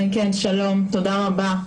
תודה רבה.